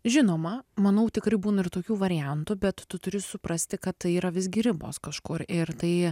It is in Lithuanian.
žinoma manau tikrai būna ir tokių variantų bet tu turi suprasti kad tai yra visgi ribos kažkur ir tai